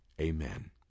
Amen